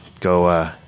go